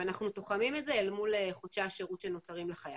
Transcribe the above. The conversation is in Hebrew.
ואנחנו תוחמים את זה אל מול חודשי השירות שנותרים לחייל.